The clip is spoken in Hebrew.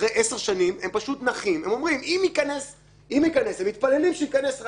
יש גם שאלה מה זה פשע חמור כי יש את הפשעים החמורים שהם בתוספת.